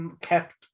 kept